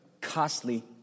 costly